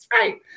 right